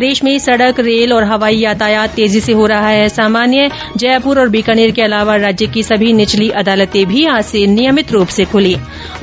प्रदेश में सड़क रेल और हवाई यातायात तेजी से हो रहा है सामान्य जयपुर और बीकानेर के अलावा राज्य की सभी निचली अदालतें भी आज से नियमित रूप से खुलीं